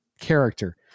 character